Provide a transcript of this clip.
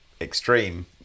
Extreme